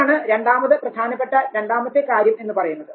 ഇതാണ് രണ്ടാമത് പ്രധാനപ്പെട്ട രണ്ടാമത്തെ കാര്യം എന്ന് പറയുന്നത്